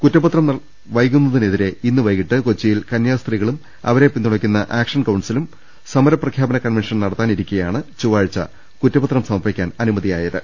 കുറ്റപത്രം വൈകുന്നതിനെതിരെ ഇന്ന് വൈകീട്ട് കൊച്ചിയിൽ കന്യാസ്ത്രീകളും അവരെ പിന്തുണയ്ക്കുന്ന ആക്ഷൻ കൌൺസിലും സമരപ്രഖ്യാപന കൺവെൻഷൻ നടത്താനിരിക്കെയാണ് ചൊവ്വാഴ്ച കുറ്റപത്രം സമർപ്പിക്കാൻ അനു മതിയായത്